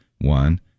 One